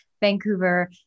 Vancouver